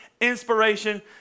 inspiration